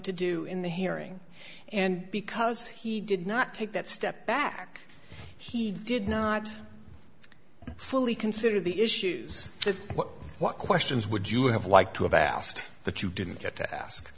to do in the hearing and because he did not take that step back he did not fully consider the issues of what questions would you have liked to have asked but you didn't get to ask